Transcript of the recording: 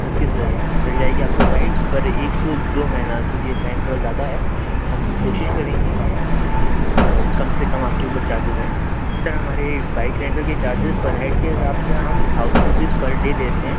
okay sir मिल जाएगी आपको बाइक पर एक सौ दो महीना सर यह टाइम थोड़ा ज़्यादा है हम कोशिश करेंगे कि कम से कम आपके ऊपर चार्जेज़ आए सर हमारी बाइक रेंटल के चार्जेज़ पर हेड के हिसाब से हम थाउज़ेंड रुपीज़ पर दे देते हैं